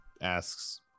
asks